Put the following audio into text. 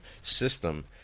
system